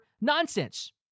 nonsense